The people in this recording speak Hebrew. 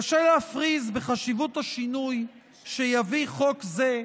קשה להפריז בחשיבות השינוי שיביא חוק זה.